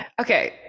okay